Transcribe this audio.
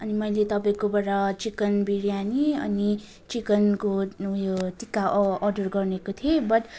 अनि मैले तपाईँकोबाट चिकन बिरयानी अनि चिकनको उयो टिक्का अ अर्डर गरेको थिएँ बट्